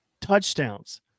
touchdowns